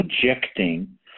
projecting